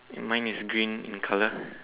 mine is green in colour